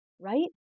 right